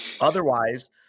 Otherwise